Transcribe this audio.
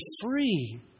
free